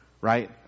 Right